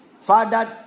Father